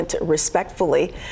respectfully